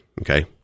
Okay